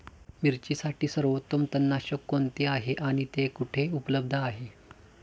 मिरचीसाठी सर्वोत्तम तणनाशक कोणते आहे आणि ते कुठे उपलब्ध आहे?